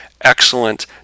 excellent